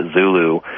Zulu